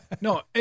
No